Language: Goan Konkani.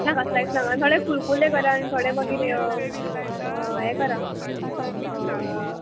नाका सायक सांगा थोडे फूल फुले करा आनी थोडे मागीर हे करा